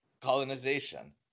colonization